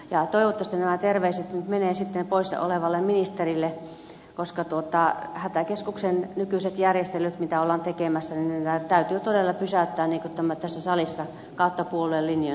toivottavasti nämä terveiset nyt sitten menevät poissa olevalle ministerille koska hätäkeskuksen nykyiset järjestelyt joita ollaan tekemässä täytyy todella pysäyttää niin kuin tässä salissa yli puoluelinjojen on vaadittu